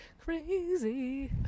crazy